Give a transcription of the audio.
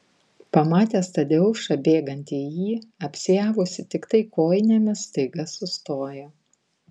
pamatęs tadeušą bėgantį į jį apsiavusį tiktai kojinėmis staiga sustojo